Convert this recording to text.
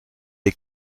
est